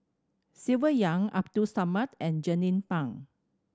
Silvia Yong Abdul Samad and Jernnine Pang